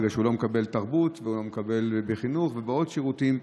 בגלל שהוא לא מקבל תרבות והוא לא מקבל בחינוך ובעוד שירותים.